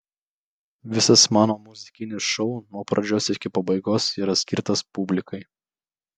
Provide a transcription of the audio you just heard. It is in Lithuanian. visas mano muzikinis šou nuo pradžios iki pabaigos yra skirtas publikai